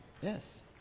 Yes